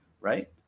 right